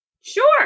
Sure